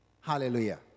hallelujah